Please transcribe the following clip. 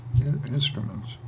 instruments